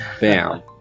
Bam